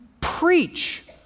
preach